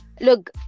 look